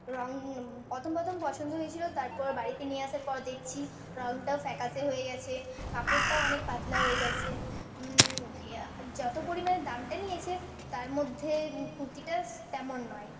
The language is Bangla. রঙ প্রথম প্রথম পছন্দ হয়েছিল তারপর বাড়িতে নিয়ে আসার পর দেখছি রঙটাও ফ্যাকাশে হয়ে গিয়েছে কাপড়টাও অনেক পাতলা হয়ে গিয়েছে ইয়ে যত পরিমাণে দামটা নিয়েছে তার মধ্যে কুর্তিটা স তেমন নয়